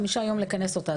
יש 45 ימים לכנס אותה.